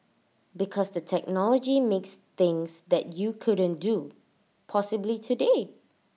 because the technology makes things that you couldn't do possible today